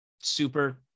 super